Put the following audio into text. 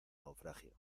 naufragio